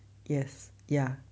yes ya